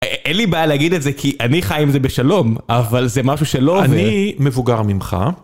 אין לי בעיה להגיד את זה כי אני חי עם זה בשלום, אבל זה משהו שלא עובר. אני מבוגר ממך.